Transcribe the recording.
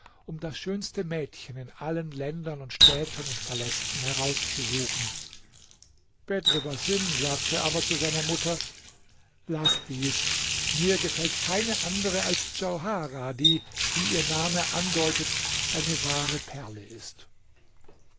um das schönste mädchen in allen ländern und städten und palästen herauszusuchen bedr basim sagte aber zu seiner mutter laß dies mir gefällt keine andere als djauharah die wie ihr name andeutet eine wahre perle ist